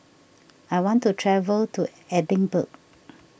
I want to travel to Edinburgh